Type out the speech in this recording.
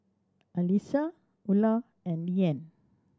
Alyssia Ula and Leanne